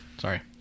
Sorry